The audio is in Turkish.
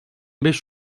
beş